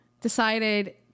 decided